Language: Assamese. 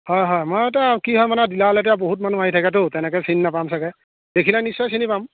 হয় হয় মই এতিয়া কি হয় মানে ডিলাৰলৈ এতিয়া বহুত মানুহ আহি থাকেতো তেনেকৈ চিনি নাপাম চাগৈ দেখিলে নিশ্চয় চিনি পাম